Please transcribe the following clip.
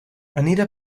anita